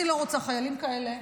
אני לא רוצה חיילים כאלה.